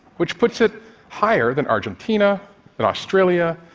which puts it higher than argentina and australia,